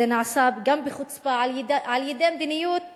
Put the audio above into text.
זה נעשה גם בחוצפה, על-ידי מדיניות מוצהרת,